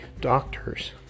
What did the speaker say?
doctors